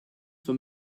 for